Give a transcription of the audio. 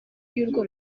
y’urwo